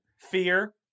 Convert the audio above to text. fear